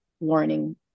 learning